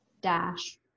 dash